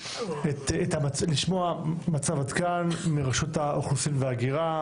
לשמוע מצב עד כאן מרשות האוכלוסין וההגירה,